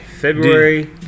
february